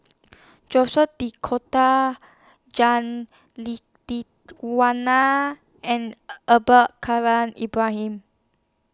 Jacques De Coutre Jah and Abdul Kadir Ibrahim